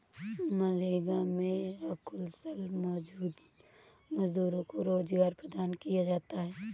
मनरेगा में अकुशल मजदूरों को रोजगार प्रदान किया जाता है